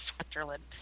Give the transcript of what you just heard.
Switzerland